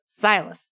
Silas